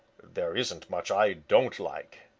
there isn't much i don't like.